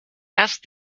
ask